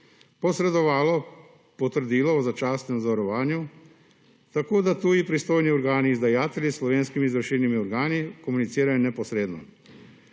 posredovalo potrdilo o začasnem zavarovanju, tako da tuji pristojni organi izdajatelji s slovenskimi izvršilnimi organi komunicirajo neposredno.